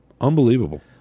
Unbelievable